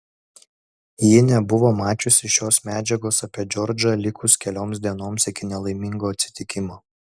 ji nebuvo mačiusi šios medžiagos apie džordžą likus kelioms dienoms iki nelaimingo atsitikimo